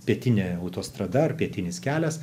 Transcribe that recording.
pietinė autostrada ar pietinis kelias